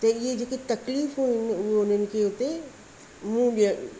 ते इहे जेके तकलीफ़ूं आहिनि उहे उन्हनि खे हुते मुंहुं ॾियणु